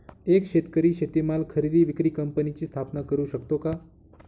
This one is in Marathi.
एक शेतकरी शेतीमाल खरेदी विक्री कंपनीची स्थापना करु शकतो का?